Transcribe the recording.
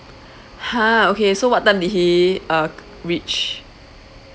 !huh! okay so what time did he uh reach